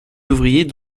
ouvriers